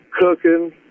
cooking